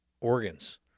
organs